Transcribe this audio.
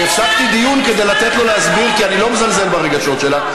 הוא צריך לחזור בו מהאמירה הזאת.